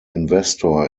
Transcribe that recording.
investor